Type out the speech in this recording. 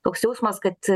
toks jausmas kad